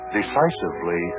decisively